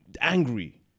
angry